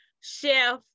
Chef